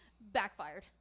backfired